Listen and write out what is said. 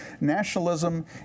Nationalism